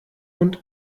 und